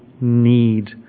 need